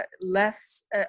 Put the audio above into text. less